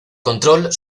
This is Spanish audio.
control